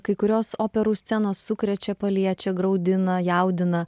kai kurios operų scenos sukrečia paliečia graudina jaudina